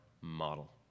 model